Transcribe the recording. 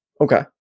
Okay